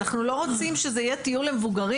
אנחנו לא רוצים שזה יהיה טיול למבוגרים,